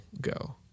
Go